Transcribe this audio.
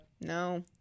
No